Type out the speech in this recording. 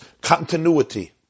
continuity